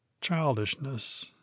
childishness